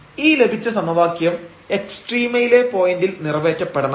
ഈ ലഭിച്ച സമവാക്യം എക്സ്ട്രീമയിലെ പോയന്റിൽ നിറവേറ്റപ്പെടണം